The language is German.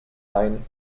ein